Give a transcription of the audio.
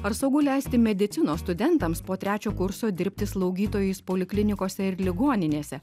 ar saugu leisti medicinos studentams po trečio kurso dirbti slaugytojais poliklinikose ir ligoninėse